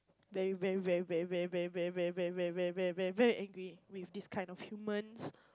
very very very very very very very very very very very angry with this kind of humans